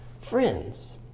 Friends